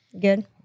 Good